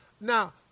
Now